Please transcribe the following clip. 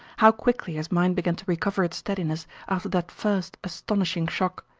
how quickly his mind began to recover its steadiness after that first astonishing shock.